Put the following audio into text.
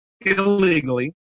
illegally